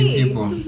people